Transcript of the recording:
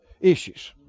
issues